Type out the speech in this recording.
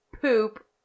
poop